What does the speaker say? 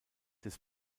des